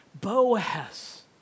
Boaz